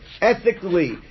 ethically